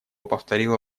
повторила